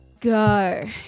go